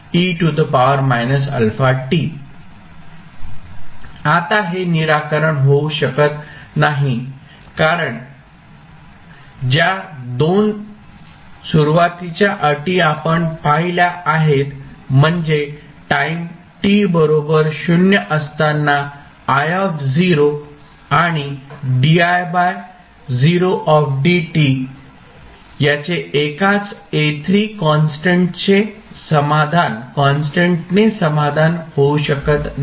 आता हे निराकरण होऊ शकत नाही कारण ज्या 2 सुरुवातीच्या अटी आपण पाहिल्या आहेत म्हणजे टाईम t बरोबर 0 असताना i आणि याचे एकाच A3 कॉन्स्टंटने समाधान होऊ शकत नाही